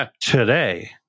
today